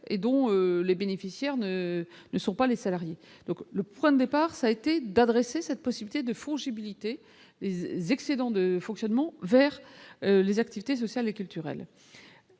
et dont les bénéficiaires ne sont pas les salariés, donc le problème départ ça a été d'adresser cette possibilité de fonds jubilent IT excédent de fonctionnement vers les activités sociales et culturelles,